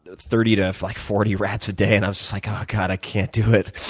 ah thirty to like forty rats a day. and i was like, ah god, i can't do it.